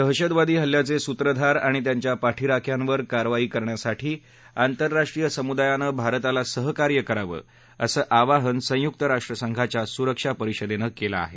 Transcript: दहशतवादी हल्ल्याचे सूत्रधार आणि त्यांच्या पाठीराख्यांवर कारवाई करण्यासाठी आंतरराष्ट्रीय समुदायानं भारताला सहकार्य करावं असं आवाहन संयुक राष्ट्रसंघाच्या सुरक्षा परिषदेनं केलं आहे